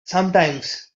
sometimes